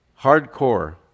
hardcore